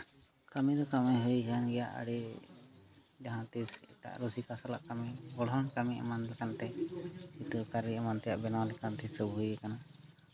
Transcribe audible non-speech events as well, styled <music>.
ᱠᱟᱹᱢᱤ ᱫᱚ ᱠᱟᱹᱢᱤ ᱦᱩᱭ ᱠᱟᱱ ᱜᱮᱭᱟ ᱮᱴᱟᱜ ᱨᱩᱥᱤᱠᱟ ᱥᱟᱞᱟᱜ ᱠᱟᱹᱢᱤ ᱜᱚᱲᱦᱚᱱ ᱠᱟᱹᱢᱤ ᱮᱢᱟᱱ ᱞᱮᱠᱟᱱ ᱛᱮ <unintelligible> ᱵᱮᱱᱟᱣ ᱞᱮᱠᱷᱟᱱ ᱦᱤᱥᱟᱹᱵ ᱦᱩᱭ ᱠᱟᱱᱟ